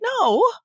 No